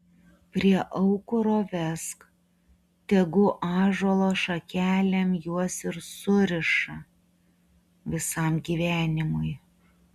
prie aukuro vesk tegu ąžuolo šakelėm juos ir suriša visam gyvenimui